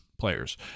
Players